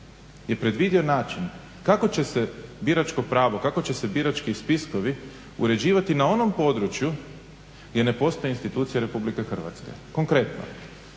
je predvidio način kako će se biračko pravo, kako će se birački spiskovi uređivati na onom području gdje ne postoji institucija RH. Konkretno,